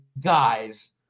guys